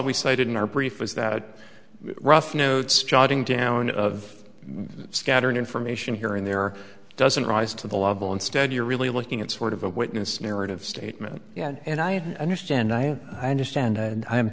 we cited in our brief was that a rough notes jotting down of scattered information here and there doesn't rise to the level instead you're really looking at sort of a witness narrative statement and i understand i i understand and i'm